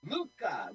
Luca